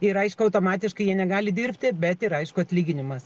ir aišku automatiškai jie negali dirbti bet ir aišku atlyginimas